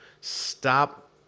stop